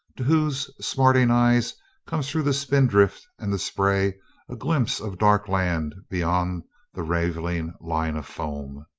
to whose smarting eyes comes through the spindrift and the spray a glimpse of dark land beyond the raven ing line of foam.